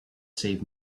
save